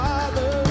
Father